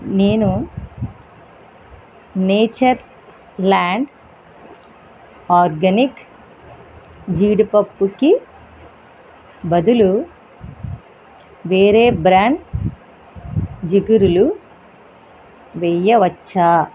నేను Natureland Organics జీడిపప్పుకి బదులు వేరే బ్రాండ్ జిగురులు వెయ్యవచ్చా